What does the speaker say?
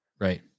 Right